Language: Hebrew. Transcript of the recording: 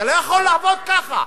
זה לא יכול לעבוד ככה.